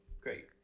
Great